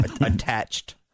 Attached